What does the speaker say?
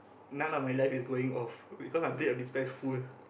none of my life is going off because I played a bit of despair full